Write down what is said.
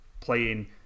playing